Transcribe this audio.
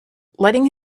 letting